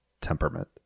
temperament